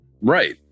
right